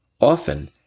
often